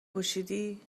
پوشیدی